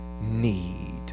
need